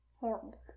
horrible